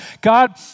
God